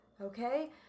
okay